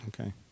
okay